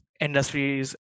Industries